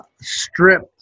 stripped